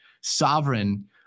sovereign